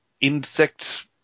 insects